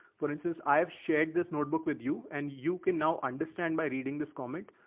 for instance, i have shared this notebook with you, and you can now understand by reading this comment,